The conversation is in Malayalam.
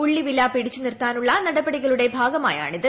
ഉള്ളി വില പിടിച്ചു നിർത്താനുള്ള നടപടികളുടെ ഭാഗമായാണിത്